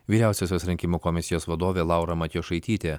vyriausiosios rinkimų komisijos vadovė laura matjošaitytė